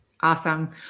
Awesome